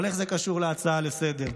אבל איך זה קשור להצעה לסדר-היום?